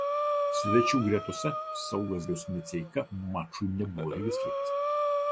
svečių gretose saugas darius miceika mačui nebuvo registruotas